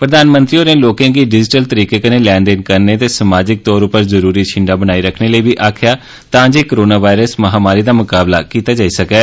प्रधानमंत्री होरें लोकेंगी डिजिटल तरीके कन्नै लैनदेन करने ते समाजिक तौर उप्पर जरूरी छिंडा बनाई रक्खने लेई बी आक्खेया तां जे कोरोना वायरस महामारी दा मकाबला कीता जाई सकै